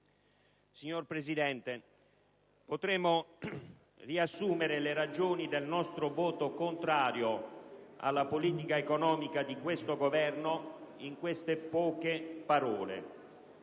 Signor Presidente, potremmo riassumere le ragioni del nostro voto contrario alla politica economica di questo Governo in queste poche parole: